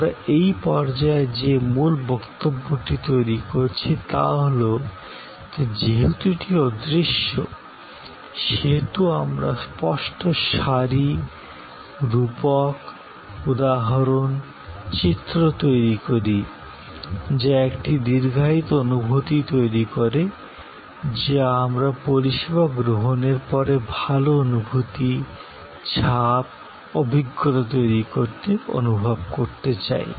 আমরা এই পর্যায়ে যে মূল বক্তব্যটি তৈরি করছি তা হল যে যেহেতু এটি অদৃশ্য সে হেতু আমরা স্পষ্ট সারি রূপক উদাহরণ চিত্র তৈরি করি যা একটি দীর্ঘায়িত অনুভূতি তৈরি করে যা আমরা পরিষেবা গ্রহণের পরে ভাল অনুভূতি ছাপ অভিজ্ঞতা তৈরি করতে অনুভব করতে চাই